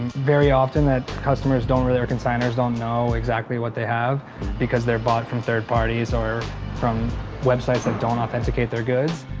very often that customers don't really, or consignors, don't know exactly what they have because they're bought from third parties or from websites that don't authenticate their goods.